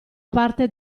parte